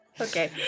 Okay